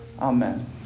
Amen